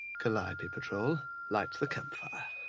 calliope patrol, light the campfire.